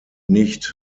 nicht